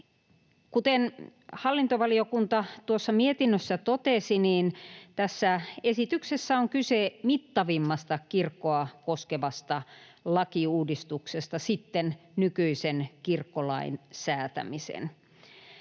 Kuten hallintovaliokunta tuossa mietinnössä totesi, tässä esityksessä on kyse mittavimmasta kirkkoa koskevasta lakiuudistuksesta sitten nykyisen kirkkolain säätämisen.